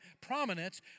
prominence